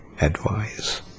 advice